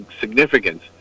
significance